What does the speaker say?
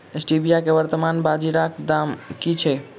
Stevia केँ वर्तमान बाजारीक दाम की छैक?